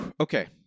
okay